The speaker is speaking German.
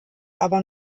aber